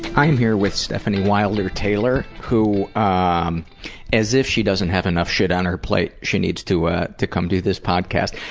i'm here with stefanie wilder-taylor who, um as if she doesn't have enough shit on her plate, she needs to ah to come do this podcast.